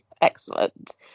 Excellent